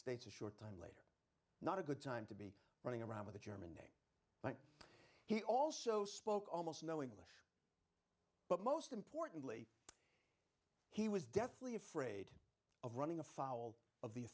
states a short time later not a good time to be running around with a german but he also spoke almost no english but most importantly he was deathly afraid of running afoul